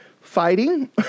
fighting